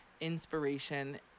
inspiration